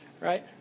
right